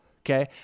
Okay